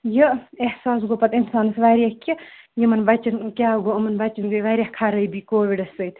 یہِ احساس گوٚو پَتہٕ انسانس واریاہ کہِ یِمن بَچن کیاہ گوٚو یِمن بَچن گٔے واریاہ خرٲبی کووِڑ سۭتۍ